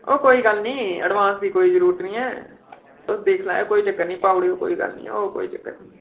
ओह् कोई गल्ल नी अडवांस दी कोई जरूरत नेईं ऐ तुस दिक्खी लैओ कोई चक्कर नी पाई ओड़ेओ कोई गल्ल नी ओ कोई चक्कर नी